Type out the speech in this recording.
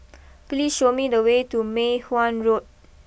please show me the way to Mei Hwan Road